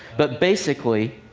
but basically,